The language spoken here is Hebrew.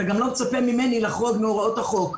אתה גם לא מצפה ממני לחרוג מהוראות החוק.